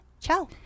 ciao